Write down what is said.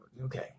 okay